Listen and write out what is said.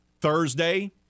Thursday